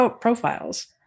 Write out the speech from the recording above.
profiles